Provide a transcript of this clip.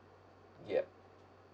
yup